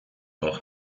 nach